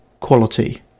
quality